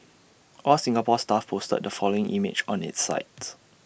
All Singapore Stuff posted the following image on its site